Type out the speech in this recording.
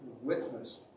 witness